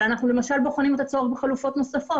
אבל אנחנו למשל בוחנים את הצורך בחלופות נוספות.